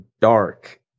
dark